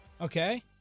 Okay